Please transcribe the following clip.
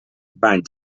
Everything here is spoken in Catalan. bany